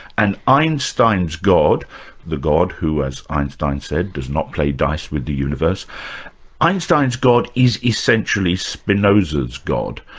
and einstein's god the god who, as einstein said, does not play dice with the universe einstein's god is essentially spinoza's god.